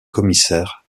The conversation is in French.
commissaires